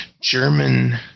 German